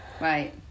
right